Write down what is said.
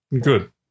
good